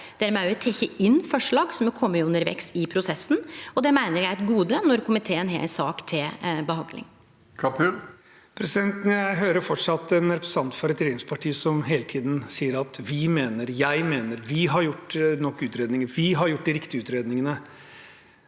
me har òg teke inn forslag som er komne inn undervegs i prosessen. Det meiner eg er eit gode når komiteen har ei sak til behandling. Mudassar Kapur (H) Jeg hører fortsatt en representant for et regjeringsparti som hele tiden sier at vi mener, jeg mener, vi har gjort nok utredninger, vi har gjort de riktige utredningene